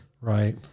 Right